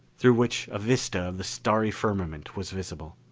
through which a vista of the starry firmament was visible.